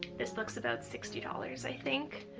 this books about sixty dollars i think,